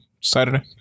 Saturday